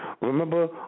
remember